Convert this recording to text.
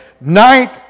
Night